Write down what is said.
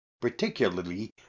particularly